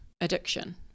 addiction